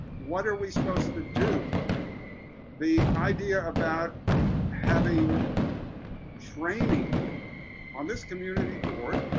what are we supposed to do the idea about having training on this community board.